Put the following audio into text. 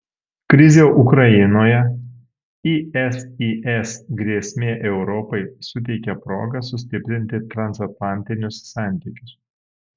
krizė ukrainoje isis grėsmė europai suteikia progą sustiprinti transatlantinius santykius